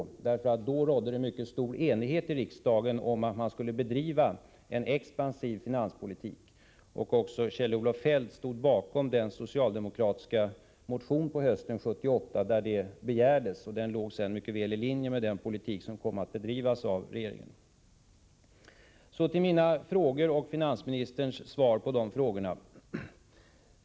Vid den tidpunkten rådde nämligen mycket stor enighet i riksdagen om att man skulle bedriva en expansiv finanspolitik. Också Kjell-Olof Feldt stod bakom den socialdemokratiska motion på hösten 1978 där man begärde en sådan politik. Socialdemokraternas krav låg mycket väl i linje med den politik som sedan kom att bedrivas av regeringen. Så till mina frågor och finansministerns svar på dem.